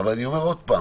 אני מודיע לך: